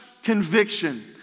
conviction